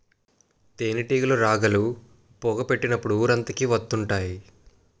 తేనేటీగలు రాగాలు, పొగ పెట్టినప్పుడు ఊరంతకి వత్తుంటాయి